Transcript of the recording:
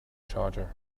charger